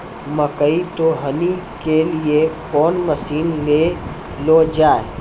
मकई तो हनी के लिए कौन मसीन ले लो जाए?